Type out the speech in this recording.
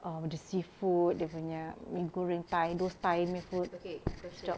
um the seafood dia punya mi goreng thai those thai punya food sedap